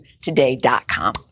today.com